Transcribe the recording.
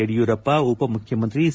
ಯಡಿಯೂರಪ್ಪ ಉಪಮುಖ್ಯಮಂತ್ರಿ ಸಿ